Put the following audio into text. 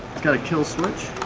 got a kill switch